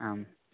आम्